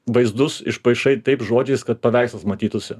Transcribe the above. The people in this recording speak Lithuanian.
vaizdus išpaišai taip žodžiais kad paveikslas matytųsi